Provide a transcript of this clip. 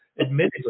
admittedly